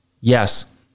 yes